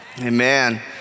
Amen